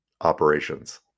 operations